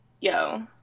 yo